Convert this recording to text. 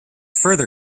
further